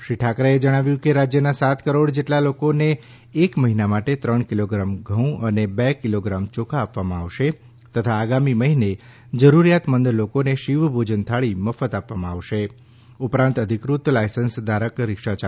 શ્રી ઠાકરેએ જણાવ્યું કે રાજ્યના સાત કરોડ જેટલા લોકોને એક મહિના માટે ત્રણ કિલોગ્રામ ઘઉં અને બે કિલોગ્રામ ચોખા આપવામાં આવશે તથા આગામી મહિને જરૂરિયાતમંદ લોકોને શિવ ભોજન થાળી મફત આપવામાં આવશે ઉપરાંત અધિકૃત લાયસન્સધારક રીક્ષા ચાલકોને પંદરસો રૂપિયા આપવામાં આવશે